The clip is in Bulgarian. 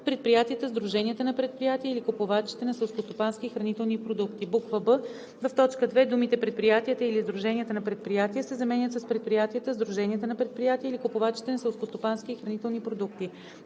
„предприятията, сдруженията на предприятия или купувачите на селскостопански и хранителни продукти“; б) в т. 2 думите „предприятията или сдруженията на предприятия“ се заменят с „предприятията, сдруженията на предприятия или купувачите на селскостопански и хранителни продукти“;